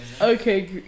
Okay